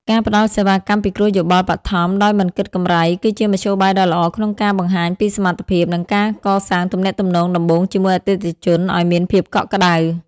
ការផ្ដល់សេវាកម្មពិគ្រោះយោបល់បឋមដោយមិនគិតកម្រៃ គឺជាមធ្យោបាយដ៏ល្អក្នុងការបង្ហាញពីសមត្ថភាព និងការកសាងទំនាក់ទំនងដំបូងជាមួយអតិថិជនឱ្យមានភាពកក់ក្ដៅ។